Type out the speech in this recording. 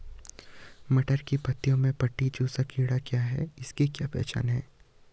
मटर की पत्तियों में पत्ती चूसक कीट क्या है इसकी क्या पहचान है?